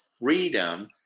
freedom